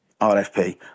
RFP